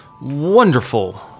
wonderful